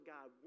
God